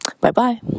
Bye-bye